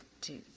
two